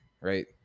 Right